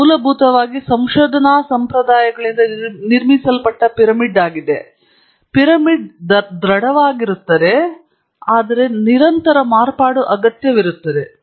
ಇದು ಮೂಲಭೂತವಾಗಿ ಸಂಶೋಧನಾ ಸಂಪ್ರದಾಯಗಳಿಂದ ನಿರ್ಮಿಸಲ್ಪಟ್ಟ ಪಿರಮಿಡ್ ಆಗಿದೆ ಪಿರಮಿಡ್ ದೃಢವಾಗಿರುತ್ತದೆ ಆದರೆ ನಿರಂತರ ಮಾರ್ಪಾಡು ಅಗತ್ಯವಿರುತ್ತದೆ